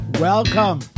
Welcome